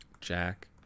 Jack